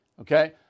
Okay